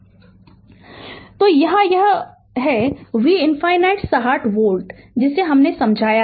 Refer Slide Time 2337 तो यहाँ यह यहाँ से है यह V ∞ 60 वोल्ट है जिसे हमने समझाया